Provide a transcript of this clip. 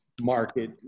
market